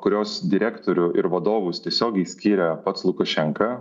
kurios direktorių ir vadovus tiesiogiai skiria pats lukašenka